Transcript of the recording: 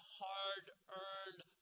hard-earned